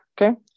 Okay